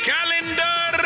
Calendar